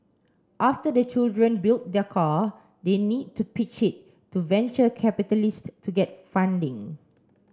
after the children build their car they need to pitch it to venture capitalists to get funding